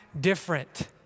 different